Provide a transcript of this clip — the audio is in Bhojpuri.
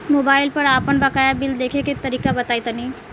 मोबाइल पर आपन बाकाया बिल देखे के तरीका बताईं तनि?